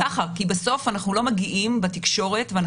כי בסוף אנחנו לא מגיעים בתקשורת לכל האנשים,